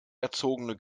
erzogene